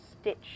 stitch